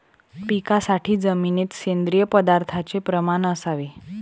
पिकासाठी जमिनीत सेंद्रिय पदार्थाचे प्रमाण असावे